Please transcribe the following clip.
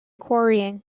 quarrying